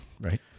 right